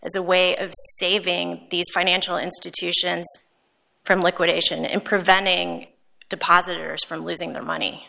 a way of saving these financial institutions from liquidation and preventing depositors from losing their money